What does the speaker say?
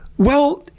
well.